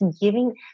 giving